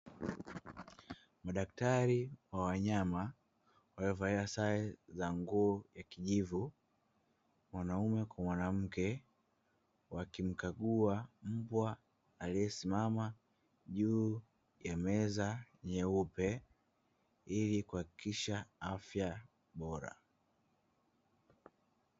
Madaktari wa wanyama waliovalia sare za nguo ya kijivu, mwanaume kwa mwanamke, wakimkagua mbwa aliyesimama juu ya meza nyeupe ili kuhakikisha afya bora.